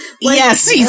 Yes